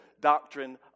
doctrine